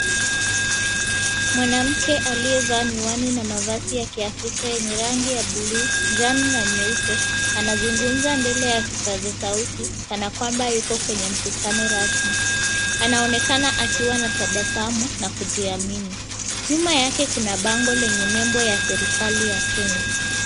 Mwanamke aliyevaa miwani na mavazi ya kiafrika yenye rangi ya bluu, kijani na nyeupe, anazungumza mbele ya kipaza sauti kana kwamba yuko kwenye mkutano rasmi. Anaonekana akiwa na tabasamu na kujiamini. Nyuma yake kuna bango lenye lebo ya Serikali ya Kenya.